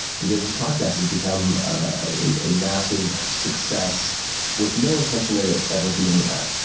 because this podcast has become a a massive success with no intention of it ever being that.